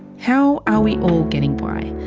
how are we all getting by?